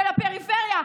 של הפריפריה,